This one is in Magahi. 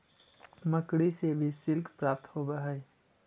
मकड़ि से भी सिल्क प्राप्त होवऽ हई